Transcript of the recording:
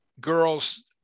girls